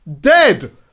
dead